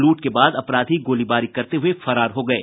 लूट के बाद अपराधी गोलीबारी करते हुए फरार हो गये